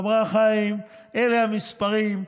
היא אמרה: חיים, אלה המספרים.